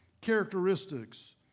characteristics